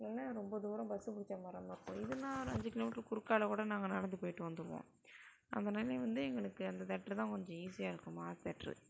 ஏனால் ரொம்ப தூரம் பஸ்ஸு புடிச்ச வரமாதிரிருக்கும் இதுனால் ஒரு அஞ்சு கிலோமீட்டர் குறுக்கால்க்கூட நாங்கள் நடந்து போயிட்டு வந்துடுவோம் அதனால வந்து எங்களுக்கு அந்த தியேட்டர்தான் கொஞ்சம் ஈசியாக இருக்கும் மாஸ் தியேட்டரு